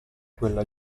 quella